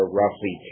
roughly